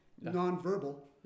non-verbal